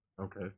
Okay